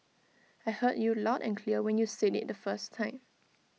I heard you loud and clear when you said IT the first time